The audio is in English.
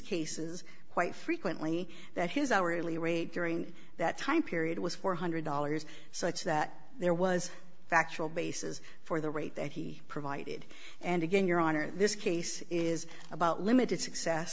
cases quite frequently that his hourly rate during that time period was four hundred dollars such that there was factual basis for the rate that he provided and again your honor in this case is about limited success